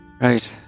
Right